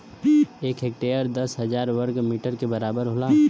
एक हेक्टेयर दस हजार वर्ग मीटर के बराबर होला